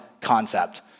concept